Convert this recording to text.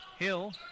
Hill